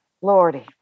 Lordy